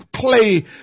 Play